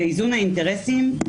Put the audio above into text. באיזון האינטרסים,